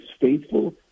faithful